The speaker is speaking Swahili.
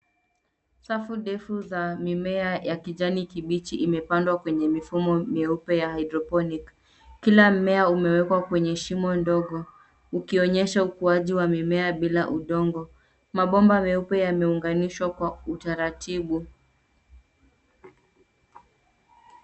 Safu ndefu za mimea ya kijani kibichi imepandwa kwenye mifumo mieupe ya hydroponic kila mmea umewekwa kwenye shimo ndogo. Ukionyesha ukuaji wa mimea bila udongo. Mabomba meupe yameunganishwa Kwa utaratibu.